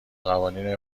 قوانین